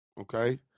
okay